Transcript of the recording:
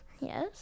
Yes